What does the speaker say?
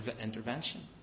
intervention